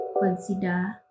consider